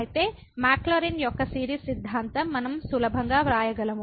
అయితే మాక్లౌరిన్ యొక్క సిరీస్ సిద్ధాంతం మనం సులభంగా వ్రాయగలము